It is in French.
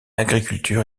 agriculture